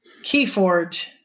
Keyforge